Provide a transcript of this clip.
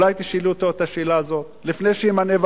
אולי תשאלי אותו את השאלה הזאת לפני שימנה,